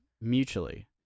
mutually